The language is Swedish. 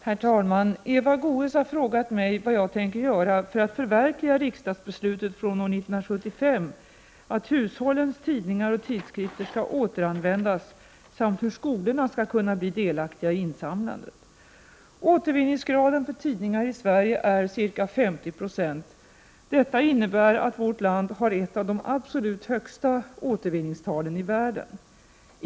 Herr talman! Eva Goés har frågat mig vad jag tänker göra för att förverkliga riksdagsbeslutet från år 1975, att hushållens tidningar och tidskrifter skall återanvändas samt hur skolorna skall kunna bli delaktiga i insamlandet. Återvinningsgraden för tidningar i Sverige är ca 50 96. Detta innebär att vårt land har ett av de absolut högsta återvinningstalen i världen.